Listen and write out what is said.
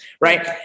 Right